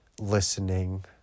listening